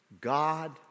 God